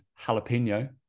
jalapeno